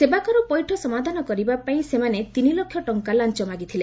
ସେବାକର ପୈଠ ସମାଧାନ କରିବା ପାଇଁ ସେମାନେ ତିନି ଲକ୍ଷ ଟଙ୍କା ଲାଞ୍ଚ ମାଗିଥିଲେ